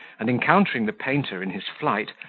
and, encountering the painter in his flight,